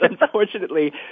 unfortunately